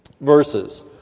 verses